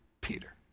Peter